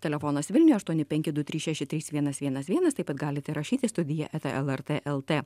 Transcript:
telefonas vilniuje aštuoni penki du trys šeši trys vienas vienas vienas taip pat galite rašyti studija eta lrt lt